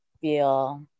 feel